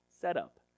setup